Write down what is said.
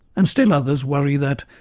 and still others worry that,